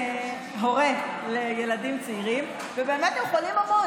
הורה לילדים צעירים, ובאמת הם חולים המון.